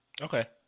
Okay